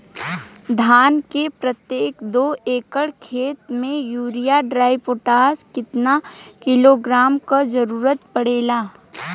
धान के प्रत्येक दो एकड़ खेत मे यूरिया डाईपोटाष कितना किलोग्राम क जरूरत पड़ेला?